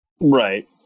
Right